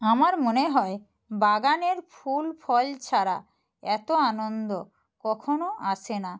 আমার মনে হয় বাগানের ফুল ফল ছাড়া এত আনন্দ কখনও আসে না